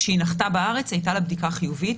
כשהיא נחתה בארץ הייתה לה בדיקה חיובית.